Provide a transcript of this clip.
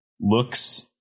looks